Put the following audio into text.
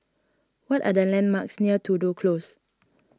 what are the landmarks near Tudor Close